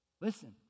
Listen